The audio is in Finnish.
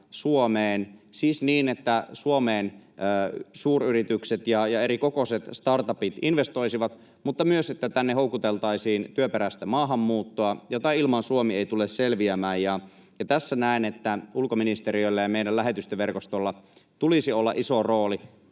Suomeen, siis niin, että suuryritykset ja erikokoiset startupit investoisivat Suomeen, mutta myös niin, että tänne houkuteltaisiin työperäistä maahanmuuttoa, jota ilman Suomi ei tule selviämään, ja tässä näen, että ulkoministeriöllä ja meidän lähetystöverkostolla tulisi olla iso rooli.